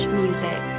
music